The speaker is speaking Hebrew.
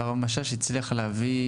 והרב משאש הצליח להביא